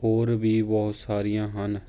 ਹੋਰ ਵੀ ਬਹੁਤ ਸਾਰੀਆਂ ਹਨ